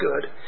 good